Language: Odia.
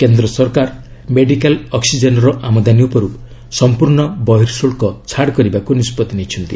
କେନ୍ଦ୍ର ସରକାର ମେଡିକାଲ୍ ଅକ୍କିଜେନ୍ର ଆମଦାନୀ ଉପରୁ ସମ୍ପର୍ଷ୍ଣ ବହିର୍ଗୁଲ୍କ ଛାଡ଼ କରିବାକୁ ନିଷ୍ପଭି ନେଇଛନ୍ତି